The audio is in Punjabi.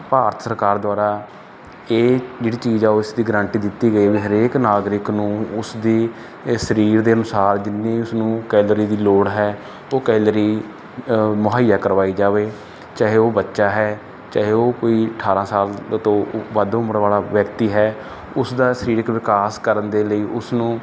ਭਾਰਤ ਸਰਕਾਰ ਦੁਆਰਾ ਇਹ ਜਿਹੜੀ ਚੀਜ਼ ਆ ਉਹ ਇਸ ਦੀ ਗਰੰਟੀ ਦਿੱਤੀ ਗਈ ਵੀ ਹਰੇਕ ਨਾਗਰਿਕ ਨੂੰ ਉਸ ਦੀ ਇਹ ਸਰੀਰ ਦੇ ਅਨੁਸਾਰ ਜਿੰਨੀ ਉਸਨੂੰ ਕੈਲੋਰੀ ਦੀ ਲੋੜ ਹੈ ਉਹ ਕੈਲਰੀ ਮੁਹੱਈਆ ਕਰਵਾਈ ਜਾਵੇ ਚਾਹੇ ਉਹ ਬੱਚਾ ਹੈ ਚਾਹੇ ਉਹ ਕੋਈ ਅਠਾਰ੍ਹਾਂ ਸਾਲ ਤੋਂ ਵੱਧ ਉਮਰ ਵਾਲਾ ਵਿਅਕਤੀ ਹੈ ਉਸ ਦਾ ਸਰੀਰਕ ਵਿਕਾਸ ਕਰਨ ਦੇ ਲਈ ਉਸਨੂੰ